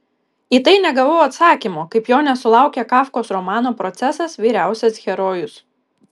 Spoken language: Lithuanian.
į tai negavau atsakymo kaip jo nesulaukė kafkos romano procesas vyriausias herojus